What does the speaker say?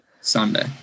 Sunday